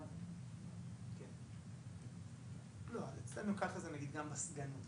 מאוד ענייניים לגופם של עניינים.